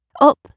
up